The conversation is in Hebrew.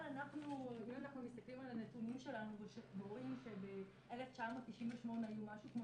אבל אם אנחנו מסתכלים על הנתונים שלנו ורואים שב-1998 היו משהו כמו